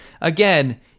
Again